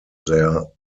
their